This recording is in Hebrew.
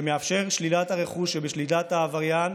שמאפשר שלילת הרכוש שבשליטת העבריין,